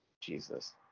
Jesus